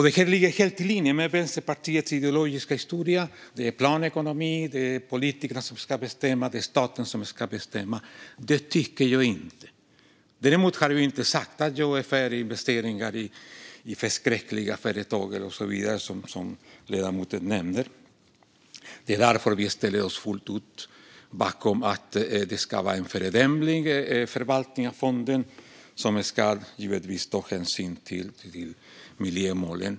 Detta ligger också helt i linje med Vänsterpartiets ideologiska historia. Det är planekonomi, och det är politikerna och staten som ska bestämma. Det tycker inte jag. Jag har dock inte sagt att jag är för investeringar i förskräckliga företag och så vidare, som ledamoten nämner. Det är därför vi fullt ut ställer oss bakom att det ska vara en föredömlig förvaltning av fonden, som givetvis ska ta hänsyn till miljömålen.